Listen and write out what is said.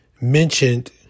mentioned